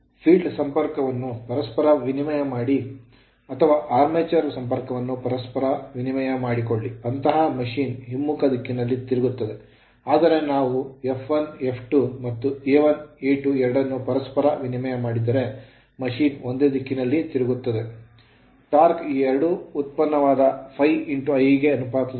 Field field ಸಂಪರ್ಕವನ್ನು ಪರಸ್ಪರ ವಿನಿಮಯ ಮಾಡಿ ಅಥವಾ armature ಆರ್ಮೇಚರ್ ಸಂಪರ್ಕವನ್ನು ಪರಸ್ಪರ ವಿನಿಮಯ ಮಾಡಿಕೊಳ್ಳಿ ಅಂತಹ machine ಯಂತ್ರವು ಹಿಮ್ಮುಖ ದಿಕ್ಕಿನಲ್ಲಿ ತಿರುಗುತ್ತದೆ ಆದರೆ ನಾವು F1 F2 ಮತ್ತು A1 A2 ಎರಡನ್ನೂ ಪರಸ್ಪರ ವಿನಿಮಯ ಮಾಡಿದರೆ machine ಯಂತ್ರವು ಒಂದೇ ದಿಕ್ಕಿನಲ್ಲಿ ತಿರುಗುತ್ತದೆ torque ಟಾರ್ಕ್ ಈ ಎರಡರ ಉತ್ಪನ್ನವಾದ ∅Ia ಗೆ ಅನುಪಾತದಲ್ಲಿದೆ